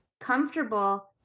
comfortable